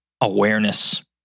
awareness